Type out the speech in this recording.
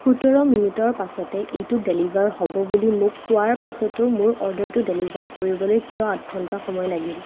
সোতৰ মিনিটৰ পাছতে এইটো ডেলিভাৰ হ'ব বুলি মোক কোৱাৰ পাছতো মোৰ অৰ্ডাৰটো ডেলিভাৰ কৰিবলৈ কিয় আঠ ঘণ্টা সময় লাগিল